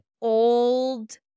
old